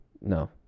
no